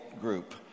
group